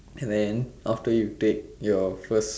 and then after you take your first